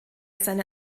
seine